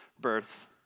birth